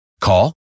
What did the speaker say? Call